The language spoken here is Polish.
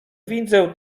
widzę